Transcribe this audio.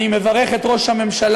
אני מברך את ראש הממשלה,